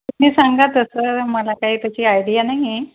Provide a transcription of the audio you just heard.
तुम्ही सांगा तसं मला काही त्याची आयडिया नाही आहे